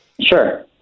Sure